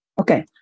Okay